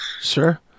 Sure